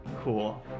Cool